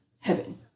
heaven